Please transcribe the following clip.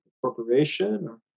corporation